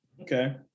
Okay